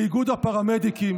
לאיגוד הפרמדיקים